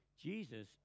Jesus